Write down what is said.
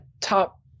top